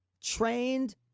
trained